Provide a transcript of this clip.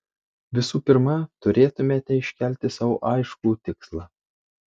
visų pirma turėtumėte iškelti sau aiškų tikslą